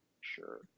sure